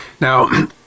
Now